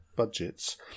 Budgets